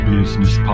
Business